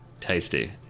tasty